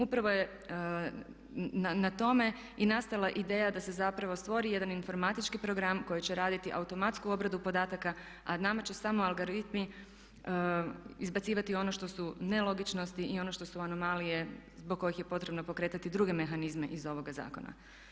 Upravo je na tome i nastala ideja da se zapravo stvori jedan informatički program koji će raditi automatsku obradu podataka a nama će samo algoritmi izbacivati ono što su nelogičnosti i ono što su anomalije zbog kojih je potrebno pokretati druge mehanizme iz ovoga zakona.